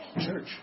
church